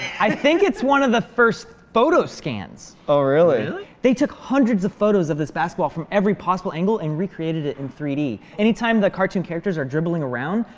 i think it's one of the first photo scans. oh, really? really? they took hundreds of photos of this basketball from every possible angle and recreated it in three d. anytime the cartoon characters are dribbling around,